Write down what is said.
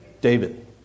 David